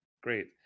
great